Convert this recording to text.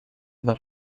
that